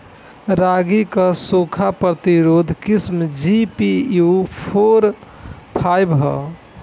रागी क सूखा प्रतिरोधी किस्म जी.पी.यू फोर फाइव ह?